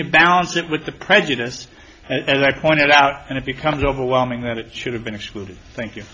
you balance it with the prejudice as i pointed out and it becomes overwhelming that it should have been excluded thank you